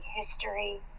history